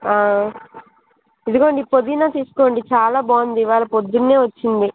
ఇదిగోండి ఈ పుదీనా తీసుకోండి చాలా బాగుంది ఇవాళ పొద్దున్నే వచ్చింది